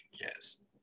Yes